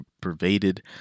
pervaded